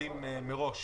להבדיל מהרכבת הקלה,